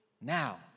now